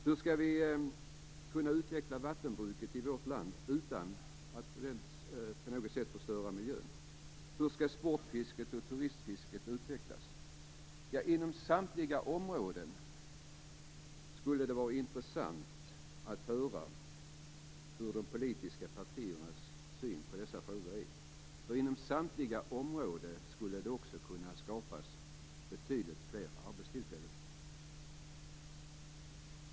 Hur skall vi kunna utveckla vattenbruket i vårt land utan att på något sätt förstöra miljön? Hur skall sportfisket och turistfisket utvecklas? Det skulle vara intressant att höra de politiska partiernas syn på dessa frågor, för inom samtliga områden skulle det kunna skapas betydligt fler arbetstillfällen.